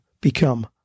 become